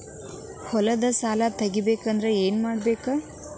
ಹೊಲದ ಸಾಲ ತಗೋಬೇಕಾದ್ರೆ ಏನ್ಮಾಡಬೇಕು?